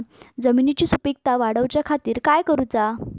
जमिनीची सुपीकता वाढवच्या खातीर काय करूचा?